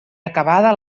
acabada